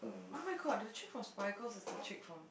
[oh]-my-god the chick from Spy Girls is the chick from